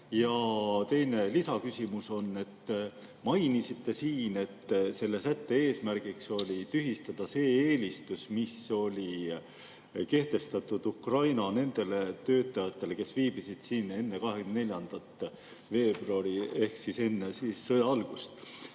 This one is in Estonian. on selle kohta, et te mainisite siin, et selle sätte eesmärgiks oli tühistada see eelistus, mis oli kehtestatud nendele Ukraina töötajatele, kes viibisid siin enne 24. veebruari ehk enne sõja algust.